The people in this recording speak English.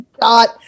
God